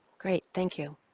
great. thank you.